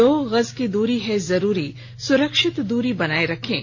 दो गज की दूरी है जरूरी सुरक्षित दूरी बनाए रखें